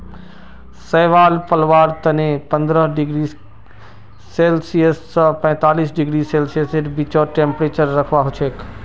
शैवाल पलवार तने पंद्रह डिग्री सेल्सियस स पैंतीस डिग्री सेल्सियसेर बीचत टेंपरेचर रखवा हछेक